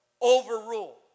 overrule